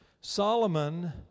Solomon